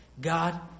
God